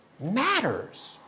matters